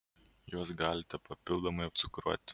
juos galite papildomai apcukruoti